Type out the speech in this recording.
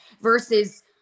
versus